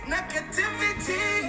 Negativity